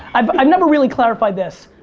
i've i've never really clarified this.